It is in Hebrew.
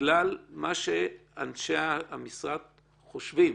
בגלל מה שאנשי המשרד חושבים.